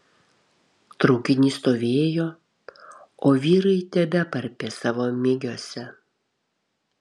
traukinys stovėjo o vyrai tebeparpė savo migiuose